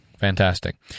fantastic